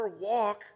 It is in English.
walk